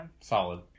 Solid